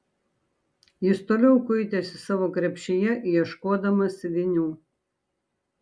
jis toliau kuitėsi savo krepšyje ieškodamas vinių